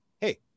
hey